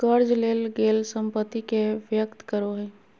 कर्ज लेल गेल संपत्ति के व्यक्त करो हइ